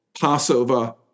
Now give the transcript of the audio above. Passover